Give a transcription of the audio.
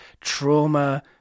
trauma